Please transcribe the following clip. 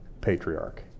patriarch